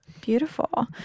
Beautiful